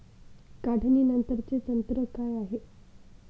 काढणीनंतरचे तंत्र काय आहे?